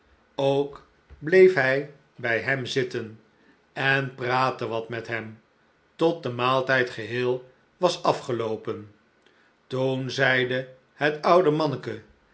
ook bleef hij bij hem zitten en praatte wat met hem tot de maaltijd geheel was afgeloopen toen zeide het oude manneken